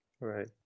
right